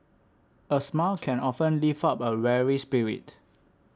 a smile can often lift up a weary spirit